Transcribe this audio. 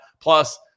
Plus